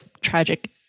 tragic